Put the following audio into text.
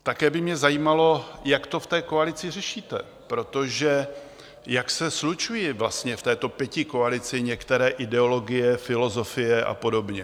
Také by mě zajímalo, jak to v koalici řešíte, protože jak se slučují vlastně v této pětikoalici některé ideologie, filozofie a podobně?